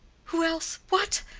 who else? what,